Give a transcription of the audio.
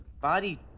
body